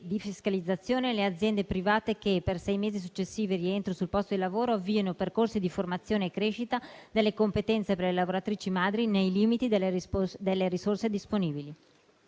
defiscalizzazioni, le aziende private che, per i sei mesi successivi al rientro sul posto di lavoro, avviino percorsi di formazione e crescita delle competenze per le lavoratrici madri nei limiti delle risorse disponibili.